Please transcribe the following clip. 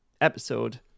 episode